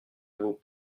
vous